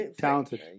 talented